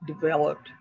developed